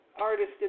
artist